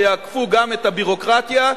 שיעקפו גם את הביורוקרטיה,